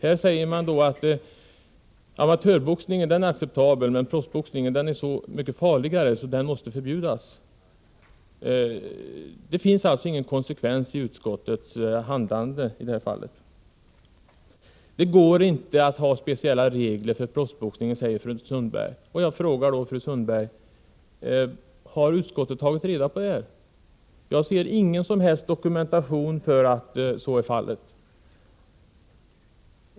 Man säger att amatörboxningen är acceptabel men att proffsboxningen är så mycket farligare att den måste förbjudas. Det finns ingen konsekvens i utskottets handlande i detta fall. Det går inte att ha speciella regler för proffsboxning, säger fru Sundberg. Jag vill då fråga henne: Har utskottet tagit reda på hur det förhåller sig? Jag ser ingen som helst dokumentation för att så är fallet.